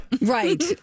right